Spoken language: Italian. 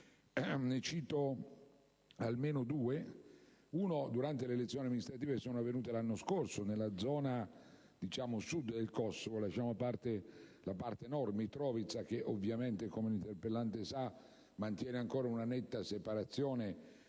Ne cito almeno due. Il primo riguarda le elezioni amministrative che si sono tenute l'anno scorso nella zona Sud del Kosovo (lasciamo stare la parte Nord, Mitrovica, che ovviamente, come l'interpellante sa, mantiene ancora una netta separazione,